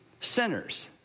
sinners